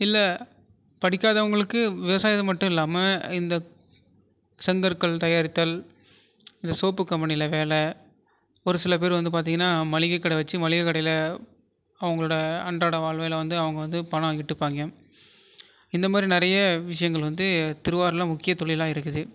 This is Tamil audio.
இல்லை படிக்காதவங்களுக்கு விவசாயம் மட்டும் இல்லாமல் இந்த செங்கற்கள் தயாரித்தல் இந்த சோப்பு கம்பெனியில் வேலை ஒரு சில பேர் வந்து பார்த்திங்கன்னா மளிகை கடை வச்சு மளிகை கடையில் அவங்களோடய அன்றாட வாழ்க்கையில் வந்து அவங்க வந்து பணம் ஈட்டிப்பாங்க இந்த மாதிரி நிறைய விஷயங்கள் வந்து திருவாரூரில் முக்கிய தொழிலாக இருக்குது